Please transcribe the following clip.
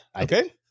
Okay